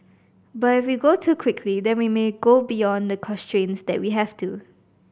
but if we go too quickly then we may go beyond the constraints that we have to